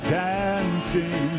dancing